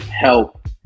help